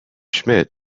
schmidt